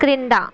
క్రింద